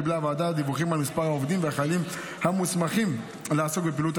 קיבלה הוועדה דיווחים על מספר העובדים והחיילים המוסמכים לעסוק בפעילות,